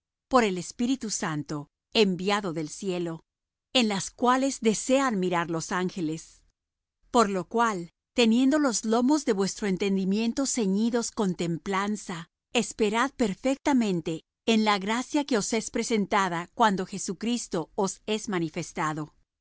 por el espíritu santo enviado del cielo en las cuales desean mirar los ángeles por lo cual teniendo los lomos de vuestro entendimiento ceñidos con templanza esperad perfectamente en la gracia que os es presentada cuando jesucristo os es manifestado